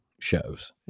shows